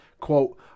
Quote